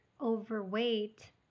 overweight